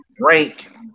rank